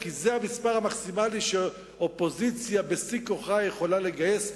כי זה המספר המקסימלי שאופוזיציה בשיא כוחה יכולה לגייס,